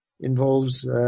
involves